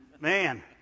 man